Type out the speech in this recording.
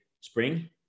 spring